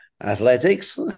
athletics